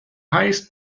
highest